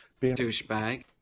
Douchebag